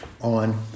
on